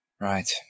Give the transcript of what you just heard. Right